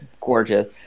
Gorgeous